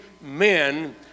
men